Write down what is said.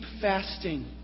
fasting